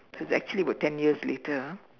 it's actually about ten years later ah